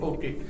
Okay